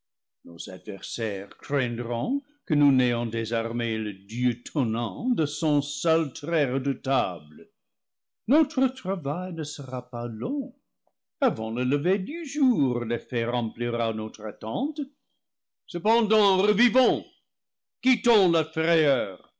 nos adversaires craindront que nous n'ayons désarmé le dieu tonnant de son seul trait redoutable notre travail ne sera pas long avant le lever du jour l'effet remplira notre attente cependant revivons quittons la frayeur